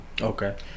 Okay